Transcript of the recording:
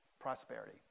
Prosperity